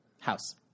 House